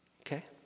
Okay